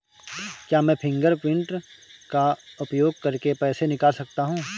क्या मैं फ़िंगरप्रिंट का उपयोग करके पैसे निकाल सकता हूँ?